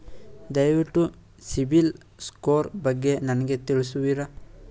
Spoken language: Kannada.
ದಯವಿಟ್ಟು ಸಿಬಿಲ್ ಸ್ಕೋರ್ ಬಗ್ಗೆ ನನಗೆ ತಿಳಿಸುವಿರಾ?